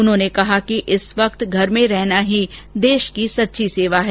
उन्होंने कहा कि इस वक्त घर में रहना ही देश की सच्ची सेवा है